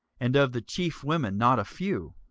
and of the chief women not a few.